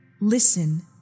Listen